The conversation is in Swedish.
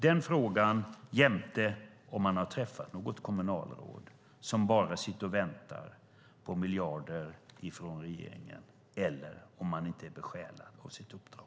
Den frågan ställer jag jämte frågan om huruvida han har träffat något kommunalråd som bara sitter och väntar på miljarder från regeringen eller som inte är besjälad av sitt uppdrag.